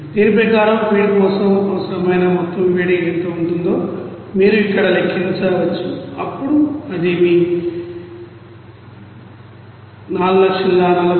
దీని ప్రకారం ఫీడ్ కోసం అవసరమైన మొత్తం వేడి ఎంత ఉంటుందో మీరు ఇక్కడ లెక్కించవచ్చు అప్పుడు అది మీ 4461676